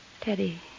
Teddy